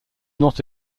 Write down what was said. not